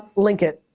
link it,